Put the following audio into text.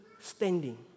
standing